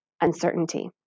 uncertainty